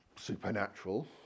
supernatural